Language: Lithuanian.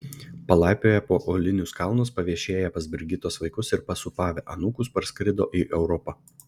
palaipioję po uolinius kalnus paviešėję pas brigitos vaikus ir pasūpavę anūkus parskrido į europą